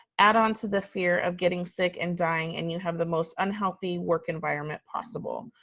add on to the fear of getting sick and dying and you have the most unhealthy work environment possible.